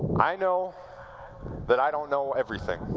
i know that i don't know everything.